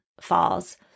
falls